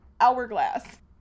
hourglass